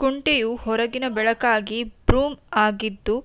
ಕುಂಟೆಯು ಹೊರಗಿನ ಬಳಕೆಗಾಗಿ ಬ್ರೂಮ್ ಆಗಿದ್ದು